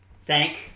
thank